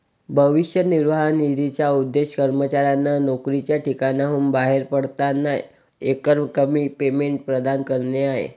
भविष्य निर्वाह निधीचा उद्देश कर्मचाऱ्यांना नोकरीच्या ठिकाणाहून बाहेर पडताना एकरकमी पेमेंट प्रदान करणे आहे